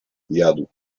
jadł